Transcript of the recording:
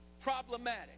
problematic